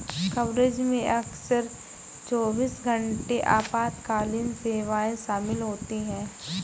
coverage में अक्सर चौबीस घंटे आपातकालीन सेवाएं शामिल होती हैं